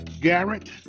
Garrett